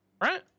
right